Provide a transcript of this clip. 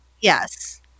Yes